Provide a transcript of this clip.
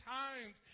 times